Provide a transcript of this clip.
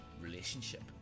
relationship